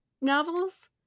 novels